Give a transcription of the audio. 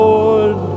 Lord